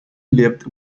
lived